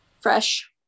Fresh